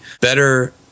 better